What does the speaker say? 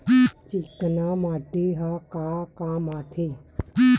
चिकना माटी ह का काम आथे?